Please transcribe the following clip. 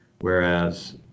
whereas